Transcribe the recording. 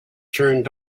turned